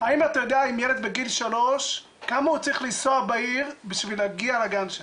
האם אתה יודע כמה צריך לנסוע בעיר ילד בגיל שלוש כדי להגיע לגן שלו?